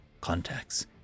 contacts